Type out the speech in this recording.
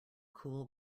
cool